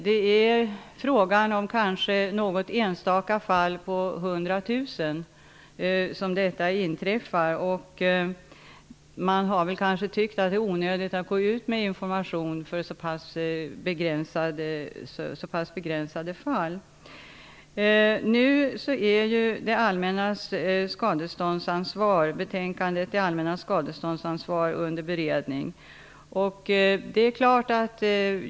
Detta inträffar kanske i något enstaka fall av 100 000. Man har kanske tyckt att det är onödigt att gå ut med information när det gäller ett så pass begränsat antal fall. Betänkandet Det allmännas skadeståndsansvar är under beredning.